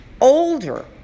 older